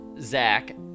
Zach